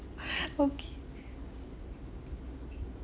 okay